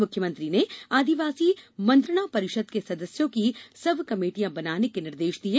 मुख्यमंत्री ने आदिवासी मंत्रणा परिषद के सदस्यों की सब कमेटियां बनाने के निर्देश दिये